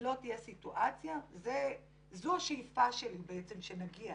לא תהיה סיטואציה זו השאיפה שלי בעצם שנגיע